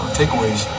takeaways